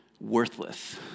worthless